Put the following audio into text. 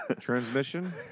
transmission